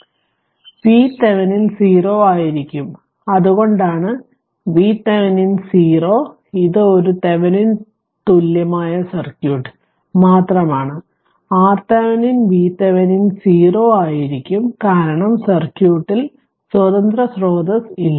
അതിനാൽ VThevenin 0 ആയിരിക്കും അതുകൊണ്ടാണ് VThevenin 0 ഇത് ഒരു തെവെനിൻ തുല്യമായ സർക്യൂട്ട് മാത്രമാണ് RThevenin VThevenin 0 ആയിരിക്കും കാരണം സർക്യൂട്ടിൽ സ്വതന്ത്ര സ്രോതസ്സ് ഇല്ല